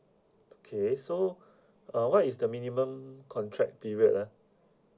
okay so uh what is the minimum contract period ah